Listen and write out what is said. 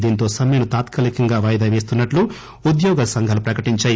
దీంతో సమ్మెను తాత్కాలికంగా వాయిదా పేస్తున్నట్లు ఉద్యోగ సంఘాలు ప్రకటించాయి